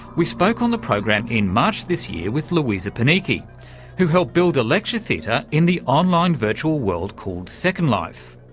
we spoke on the program in march this year with luisa panichi who helped build a lecture theatre in the online virtual world called second life.